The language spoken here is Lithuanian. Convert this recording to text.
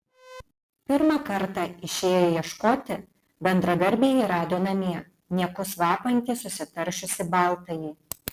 pirmą kartą išėję ieškoti bendradarbiai jį rado namie niekus vapantį susitaršiusį baltąjį